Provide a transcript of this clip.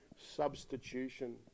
substitution